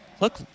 Look